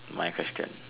my question